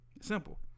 Simple